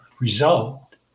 result